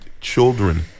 children